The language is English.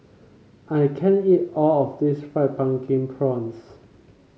I can't eat all of this Fried Pumpkin Prawns